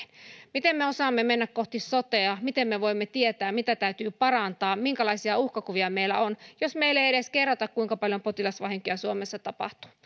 miten me osaamme mennä kohti sotea miten me voimme tietää mitä täytyy parantaa minkälaisia uhkakuvia meillä on jos meille ei edes kerrota kuinka paljon potilasvahinkoja suomessa tapahtuu